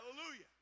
Hallelujah